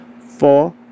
four